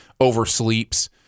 oversleeps